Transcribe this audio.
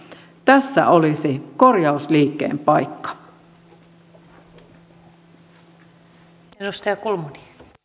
tässä olisi korjausliikkeen paikka